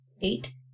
Eight